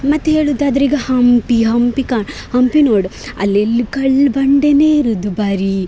ಮತ್ತು ಹೇಳುವುದಾದ್ರೀಗ ಹಂಪಿ ಹಂಪಿ ಕಾಣು ಹಂಪಿ ನೋಡು ಅಲ್ಲೆಲ್ಲ ಕಲ್ಲು ಬಂಡೆನೇ ಇರೋದು ಬರಿ